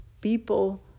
people